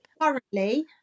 Currently